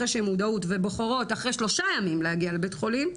אחרי שהם מודעות ובוחרות אחרי שלושה ימים להגיע לבית חולים,